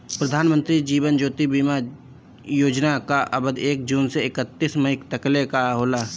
प्रधानमंत्री जीवन ज्योति बीमा योजना कअ अवधि एक जून से एकतीस मई तकले कअ होला